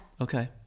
Okay